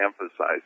emphasize